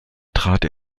trat